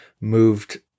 moved